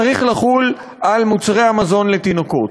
צריך לחול על מוצרי המזון לתינוקות.